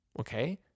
Okay